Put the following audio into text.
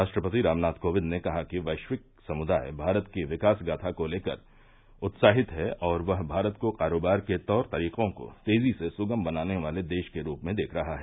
राष्ट्रपति रामनाथ कोविंद ने कहा है कि वैश्विक समृदाय भारत की विकासगाथा को लेकर उत्साहित है और वह भारत को कारोबार के तौर तरीकों को तेजी से सुगम बनाने वाले देश के रूप में देख रहा है